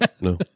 No